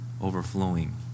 overflowing